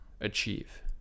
achieve